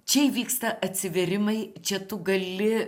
čia įvyksta atsivėrimai čia tu gali